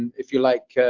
if you like,